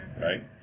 right